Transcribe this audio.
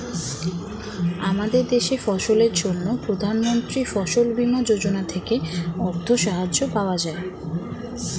আমাদের দেশে ফসলের জন্য প্রধানমন্ত্রী ফসল বীমা যোজনা থেকে অর্থ সাহায্য পাওয়া যায়